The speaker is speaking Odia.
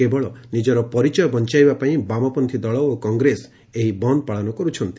କେବଳ ନିକର ପରିଚୟ ବଞାଇବା ପାଇଁ ବାମପନ୍ତୀ ଦଳ ଓ କଂଗ୍ରେସ ଏହି ବନ ପାଳନ କରୁଛନ୍ତି